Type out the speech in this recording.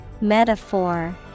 Metaphor